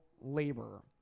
labor